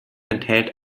enthält